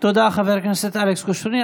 תודה, חבר הכנסת אלכס קושניר.